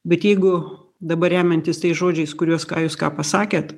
bet jeigu dabar remiantis tais žodžiais kuriuos ką jūs ką pasakėt